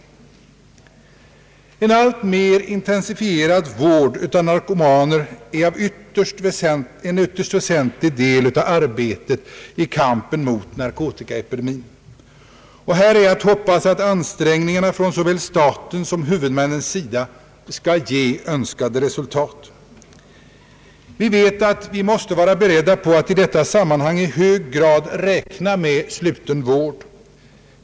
En alltmer intensifierad vård av narkokmaner är en ytterst väsentlig del av arbetet i kampen mot narkotikaepidemin, och här är att hoppas att ansträngningarna från såväl statens som huvudmännens sida skall ge önskade resultat. Vi vet att vi måste vara beredda att i detta sammanhang i hög grad räkna med sluten vård.